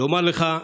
לומר לך תודה,